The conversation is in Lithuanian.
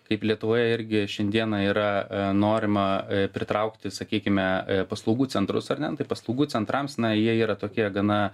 kaip lietuvoje irgi šiandieną yra norima pritraukti sakykime paslaugų centrus ar ne nu tai paslaugų centrams na jie yra tokie gana